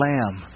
Lamb